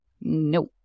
nope